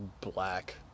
black